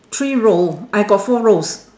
three row I got four rows